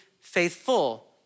faithful